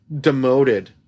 demoted